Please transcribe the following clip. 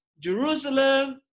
Jerusalem